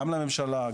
גם לממשלה,